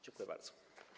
Dziękuję bardzo.